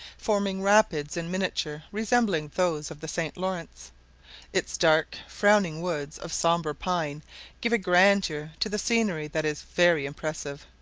forming rapids in miniature resembling those of the st. laurence its dark, frowning woods of sombre pine give a grandeur to the scenery that is very impressive.